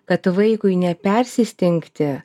kad vaikui nepersistengti